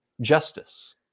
justice